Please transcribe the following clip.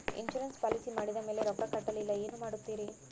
Insurance policy ಮಾಡಿದ ಮೇಲೆ ರೊಕ್ಕ ಕಟ್ಟಲಿಲ್ಲ ಏನು ಮಾಡುತ್ತೇರಿ?